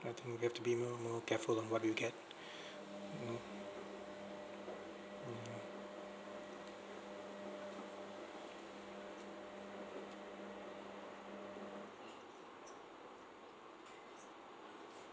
I think we have to be more more careful of what we get mm okay